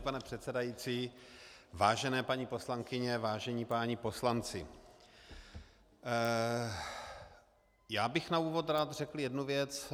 Vážený pane předsedající, vážené paní poslankyně, vážení páni poslanci, já bych na úvod rád řekl jednu věc.